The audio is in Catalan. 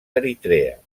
eritrea